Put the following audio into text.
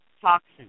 toxins